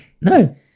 No